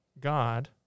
God